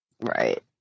Right